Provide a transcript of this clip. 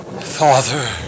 Father